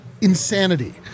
Insanity